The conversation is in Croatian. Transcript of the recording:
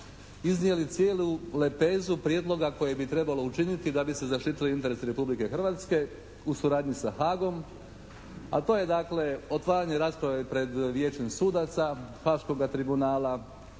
iznijeli cijelu lepezu prijedloga koje bi trebalo učiniti da bi se zaštitili interesi Republike Hrvatske u suradnji sa Hagom a to je dakle otvaranje rasprave pred Vijećem sudaca, Haškoga tribunala,